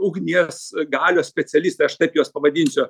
ugnies galios specialistai aš taip juos pavadinsiu